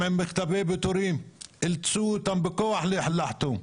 אילצו אותם בכוח לחתום.